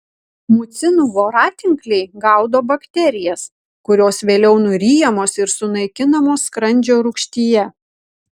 mucinų voratinkliai gaudo bakterijas kurios vėliau nuryjamos ir sunaikinamos skrandžio rūgštyje